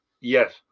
yes